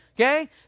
Okay